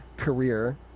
career